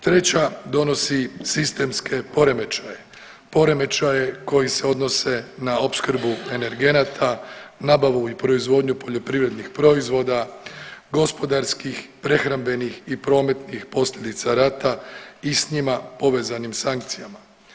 Treća donosi sistemske poremećaje, poremećaje koji se odnose na opskrbu energenata, nabavu i proizvodnju poljoprivrednih proizvoda, gospodarskih, prehrambenih i prometnih posljedica rata i s njima povezanim sankcijama.